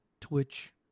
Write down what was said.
twitch